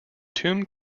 tomb